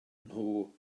nhw